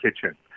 kitchen